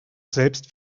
selbst